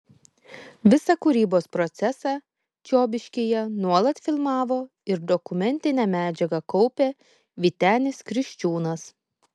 visą kūrybos procesą čiobiškyje nuolat filmavo ir dokumentinę medžiagą kaupė vytenis kriščiūnas